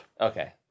Okay